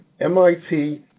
MIT